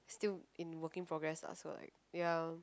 still in working progress lah so I ya